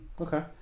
Okay